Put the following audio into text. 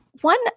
one –